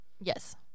Yes